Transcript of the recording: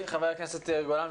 חבר הכנסת יאיר גולן.